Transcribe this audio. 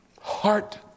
Heart